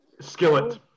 Skillet